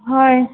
ꯍꯣꯏ